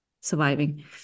surviving